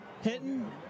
Hitting